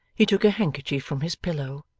he took a handkerchief from his pillow,